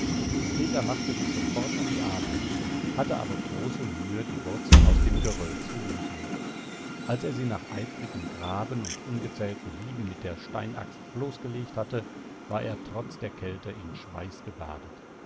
peter machte sich sofort an die arbeit hatte aber große mühe die wurzeln aus dem geröll zu lösen als er sie nach eifrigem graben und ungezählten hieben mit der steinaxt bloßgelegt hatte war er trotz der kälte in schweiß gebadet